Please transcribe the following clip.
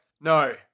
no